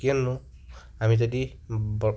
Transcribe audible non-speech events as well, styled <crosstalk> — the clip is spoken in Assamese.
কিয়নো আমি যদি <unintelligible>